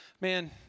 Man